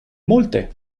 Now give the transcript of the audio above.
molte